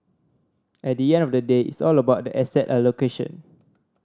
at the end of the day it's all about asset allocation